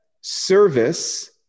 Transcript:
service